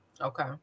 Okay